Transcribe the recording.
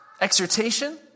exhortation